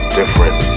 different